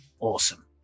Awesome